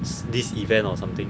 this event or something